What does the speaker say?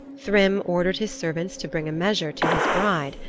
thrym ordered his servants to bring a measure to his bride.